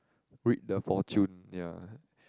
read the fortune ya